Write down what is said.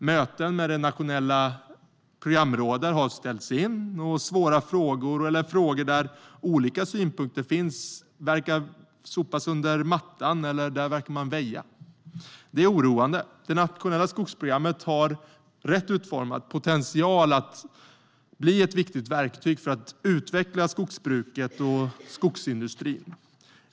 Möten med det nationella programrådet ställs in, och svåra frågor eller frågor där olika synpunkter finns verkar man sopa under mattan eller väja för. Det är oroande. Det nationella skogsprogrammet har rätt utformat potential att bli ett viktigt verktyg för att utveckla skogsbruket och skogsindustrin.